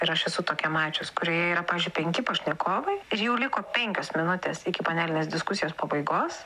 ir aš esu tokią mačius kurioje yra pavyzdžiui penki pašnekovai ir jau liko penkios minutės iki panelinės diskusijos pabaigos